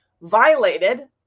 violated